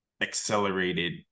accelerated